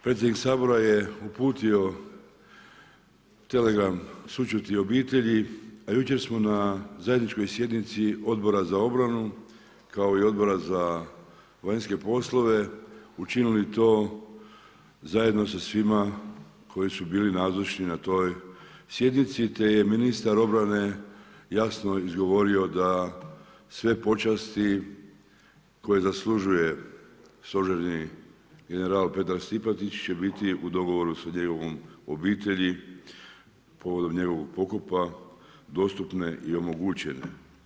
Predsjednik Sabora je uputio telegram sućuti obitelji a jučer smo na zajedničkoj sjednici Odbora za obranu kao i Odbora za vanjske poslove učinili to zajedno sa svima koji su bili nazočni na toj sjednici te je ministar obrane jasno izgovorio da sve počasti koje zaslužuje stožerni general Petar Stipetić će biti u dogovoru sa njegovom obitelji povodom njegovo pokopa dostupne i omogućene.